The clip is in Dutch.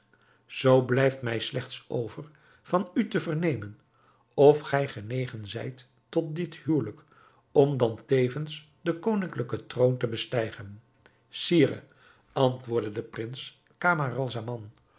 zoo blijft mij slechts over van u te vernemen of gij genegen zijt tot dit huwelijk om dan tevens den koninklijken troon te bestijgen sire antwoordde de prins